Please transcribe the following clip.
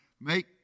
make